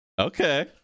Okay